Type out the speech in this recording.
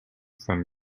from